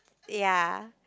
ya